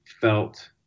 felt